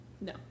No